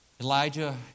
Elijah